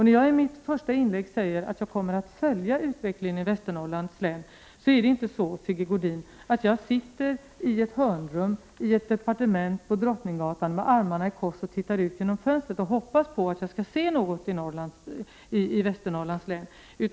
När jag i mitt första inlägg sade att jag kommer att följa utvecklingen i Västernorrlands län innebär inte det, Sigge Godin, att jag kommer att sitta med armarna i kors i ett hörnrum i ett departement på Drottninggatan och titta ut genom fönstret och hoppas på att jag skall se någonting i Västernorrlands län.